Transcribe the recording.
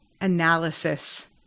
analysis